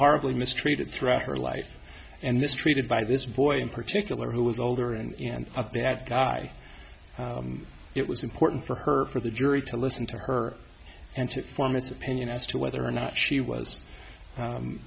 horribly mistreated throughout her life and this treated by this boy in particular who was older and up that guy it was important for her for the jury to listen to her and to form its opinion as to whether or not she was